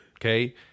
Okay